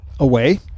Away